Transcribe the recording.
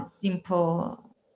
simple